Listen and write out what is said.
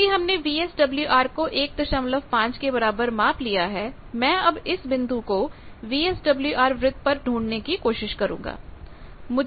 क्योंकि हमने वीएसडब्ल्यूआर को 15 के बराबर माप लिया है मैं अब इस बिंदु को वीएसडब्ल्यूआर वृत्त पर ढूंढने की कोशिश करूंगा